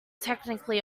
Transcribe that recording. technically